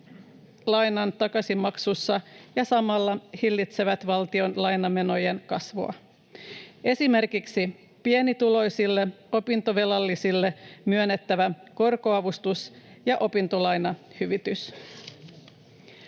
lainan takaisinmaksussa ja samalla hillitsevät valtion lainamenojen kasvua, esimerkiksi pienituloisille opintovelallisille myönnettävä korkoavustus ja opintolainahyvitys.